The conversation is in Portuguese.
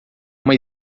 uma